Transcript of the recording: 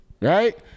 right